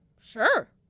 sure